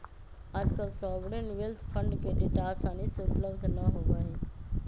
आजकल sovereign wealth fund के data आसानी से उपलब्ध ना होबा हई